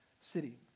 city